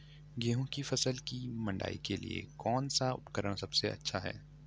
गेहूँ की फसल की मड़ाई के लिए कौन सा उपकरण सबसे अच्छा है?